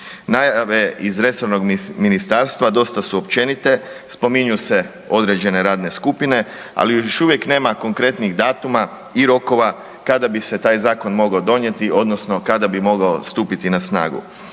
Najave iz resornog ministarstva dosta su općenite, spominju se određene radne skupine ali još uvijek nema konkretnih datuma i rokova kada bi se taj zakon mogao donijeti odnosno kada bi mogao stupiti na snagu.